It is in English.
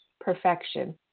perfection